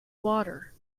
water